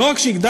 לא רק שהגדלנו,